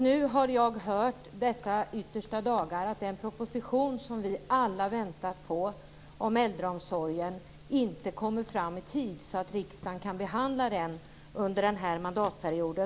Nu har jag i dessa yttersta dagar hört att den proposition om äldreomsorgen som vi alla väntat på inte kommer fram i tid så att riksdagen kan behandla den under den här mandatperioden.